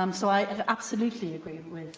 um so, i ah absolutely agree with